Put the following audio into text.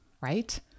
right